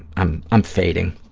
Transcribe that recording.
i'm i'm fading.